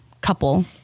couple